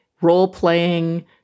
role-playing